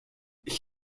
ich